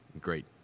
great